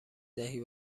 دهی